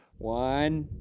one.